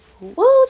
Woo